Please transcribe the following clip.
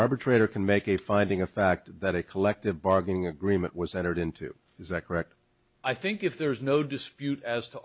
arbitrator can make a finding of fact that a collective bargaining agreement was entered into is that correct i think if there is no dispute as to